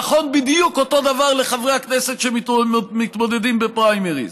נכון בדיוק אותו הדבר לחברי כנסת שמתמודדים בפריימריז,